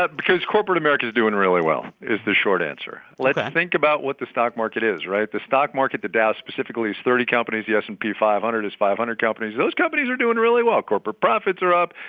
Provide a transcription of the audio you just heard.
because corporate america is doing really well is the short answer let's think about what the stock market is, right? the stock market the dow specifically is thirty companies. the s and p five hundred is five hundred companies. those companies are doing really well. corporate profits are up.